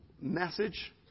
message